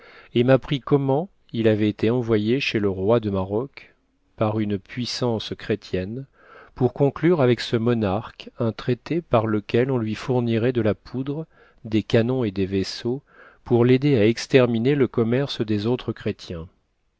et m'apprit comment il avait été envoyé chez le roi de maroc par une puissance chrétienne pour conclure avec ce monarque un traité par lequel on lui fournirait de la poudre des canons et des vaisseaux pour l'aider à exterminer le commerce des autres chrétiens